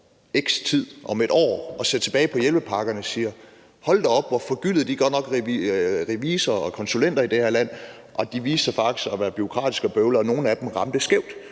et år står og ser tilbage på hjælpepakkerne og siger: Hold da op, de forgyldte godt nok revisorerne og konsulenterne i det her land, og de viste sig faktisk at være bureaukratiske og bøvlede, og nogle af dem ramte skævt,